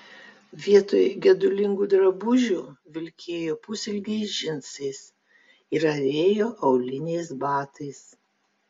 vietoj gedulingų drabužių vilkėjo pusilgiais džinsais ir avėjo auliniais batais